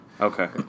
Okay